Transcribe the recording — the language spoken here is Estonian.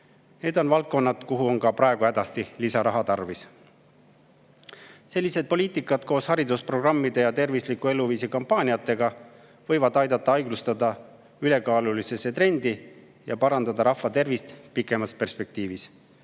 Need on valdkonnad, kuhu on ka praegu hädasti lisaraha tarvis. Selline poliitika koos haridusprogrammide ja tervisliku eluviisi kampaaniatega võivad aidata aeglustada ülekaalulisuse trendi [levikut] ja rahvatervist pikemas perspektiivis